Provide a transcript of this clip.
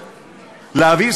לבד.